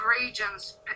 regions